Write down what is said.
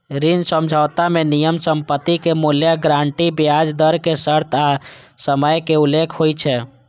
ऋण समझौता मे नियम, संपत्तिक मूल्य, गारंटी, ब्याज दर के शर्त आ समयक उल्लेख होइ छै